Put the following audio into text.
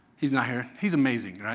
he's not here. he's amazing.